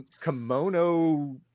kimono